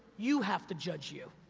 you have to judge you.